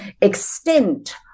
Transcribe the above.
extent